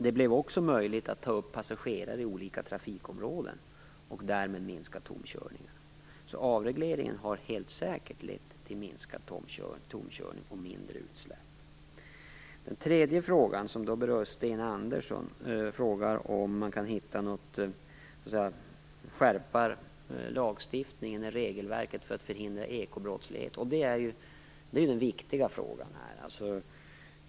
Det blev också möjligt att ta upp passagerare i olika trafikområden och även därmed minska tomkörningarna. Avregleringen har alltså helt säkert lett till minskad tomkörning och mindre utsläpp. Den tredje frågan ställdes av Sten Andersson. Han frågar om man kan hitta något sätt att skärpa lagstiftningen och regelverket för att förhindra ekobrottslighet. Det här är ju den viktiga frågan.